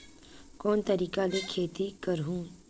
कोन तरीका ले खेती करहु त जादा उपज होही?